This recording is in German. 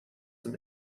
zum